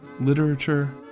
literature